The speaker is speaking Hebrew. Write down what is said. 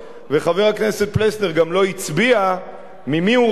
וחבר הכנסת פלסנר גם לא הצביע ממי הוא רוצה,